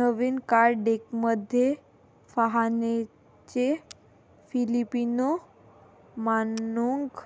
नवीन card डेकमध्ये फाहानचे Filipino मानॉन्ग